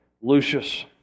Lucius